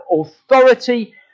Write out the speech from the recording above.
authority